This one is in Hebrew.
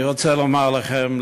אני רוצה לומר לכם,